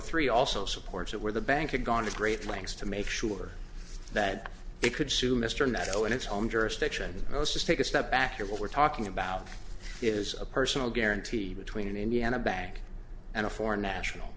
three also supports it where the bank had gone to great lengths to make sure that they could sue mr mesereau in its own jurisdiction let's just take a step back and what we're talking about is a personal guarantee between an indiana bank and a foreign national